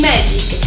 Magic